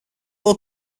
law